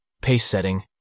pace-setting